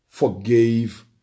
Forgave